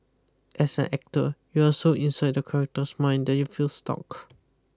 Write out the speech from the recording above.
as an actor you are so inside the character's mind if you stuck